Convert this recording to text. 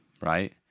right